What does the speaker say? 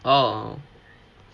oh